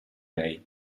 lei